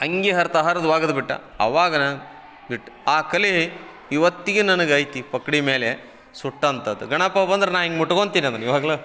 ಅಂಗಿ ಹರ್ತ ಹರ್ದು ಒಗದ್ಬಿಟ್ಟ ಆವಾಗ ನಾ ಬಿಟ್ಟು ಆ ಕಲಿ ಇವತ್ತಿಗಿ ನನಗೈತಿ ಪಕ್ಡಿ ಮೇಲೆ ಸುಟ್ಟಂತದ ಗಣಪ ಬಂದರೆ ನಾ ಹಿಂಗ್ ಮುಟ್ಕೊಂತಿನಿ ಅದನ್ನ ಇವಾಗಲೂ